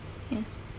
ya